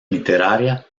literaria